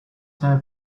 have